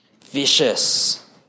vicious